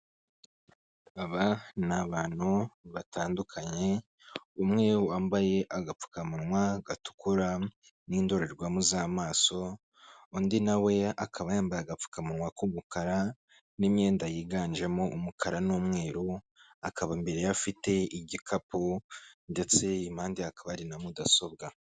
Aba ni abantu batandukanye, umwe wambaye agapfukamunwa gatukura n'indorerwamo z'amaso, undi nawe akaba yambaye agapfukamunwa k'umukara n'imyenda yiganjemo umukara n'umweru, akaba imbere ye afite igikapu ndetse i mpande hakaba hari na mudasobwa.